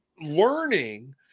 learning